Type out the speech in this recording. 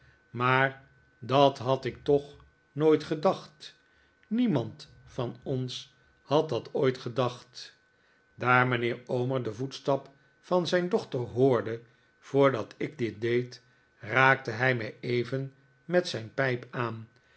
maar dat had ik toch nooit gedacht niemand van ons had dat ooit gedacht daar mijnheer omer den voetstap van zijn dochter hoorde voordat ik dit deed raakte hij mij even met zijn pijp aan